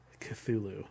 Cthulhu